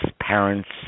parents